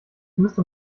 müsste